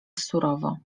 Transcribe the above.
surowo